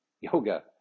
yoga